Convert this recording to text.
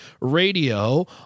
Radio